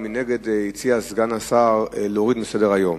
ומנגד הציע סגן השר להוריד אותו מסדר-היום.